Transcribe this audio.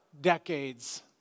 decades